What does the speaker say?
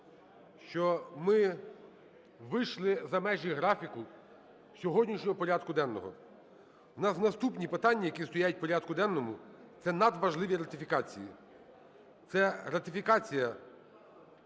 що ми вийшли за межі графіку сьогоднішнього порядку денного. У нас наступні питання, які стоять в порядку денному, – це надважливі ратифікації. Це ратифікація…